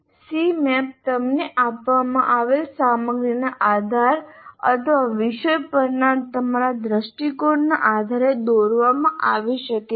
Cmap તમને આપવામાં આવેલી સામગ્રીના આધારે અથવા વિષય પરના તમારા દૃષ્ટિકોણના આધારે દોરવામાં આવી શકે છે